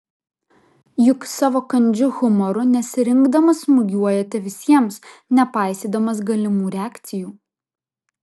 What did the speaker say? juk savo kandžiu humoru nesirinkdamas smūgiuojate visiems nepaisydamas galimų reakcijų